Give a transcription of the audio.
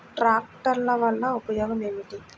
ట్రాక్టర్ల వల్ల ఉపయోగం ఏమిటీ?